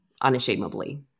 unashamedly